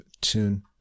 tune